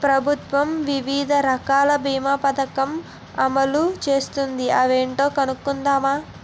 ప్రభుత్వం వివిధ రకాల బీమా పదకం అమలు చేస్తోంది అవేంటో కనుక్కుందామా?